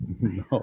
No